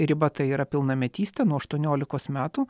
riba tai yra pilnametystė nuo aštuoniolikos metų